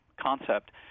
concept